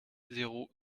zéro